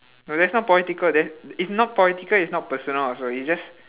no that's not political that's it's not political it's not personal also it's just